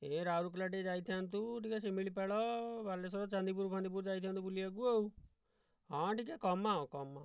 ଏଇ ରାଉରକେଲା ଟିକେ ଯାଇଥାନ୍ତୁ ଟିକେ ସିମିଳିପାଳ ବାଲେଶ୍ଵର ଚାନ୍ଦିପୁର ଫାନ୍ଦିପୁର ଯାଇଥାନ୍ତୁ ବୁଲିଆକୁ ଆଉ ହଁ ଟିକେ କମାଅ କମାଅ